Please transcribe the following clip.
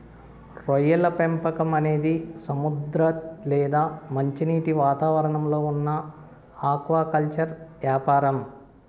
రొయ్యల పెంపకం అనేది సముద్ర లేదా మంచినీటి వాతావరణంలో ఉన్న ఆక్వాకల్చర్ యాపారం